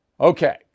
Okay